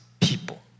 people